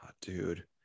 Dude